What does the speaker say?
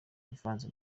ivanze